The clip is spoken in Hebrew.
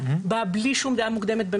באה בלי שום דעה מוקדמת,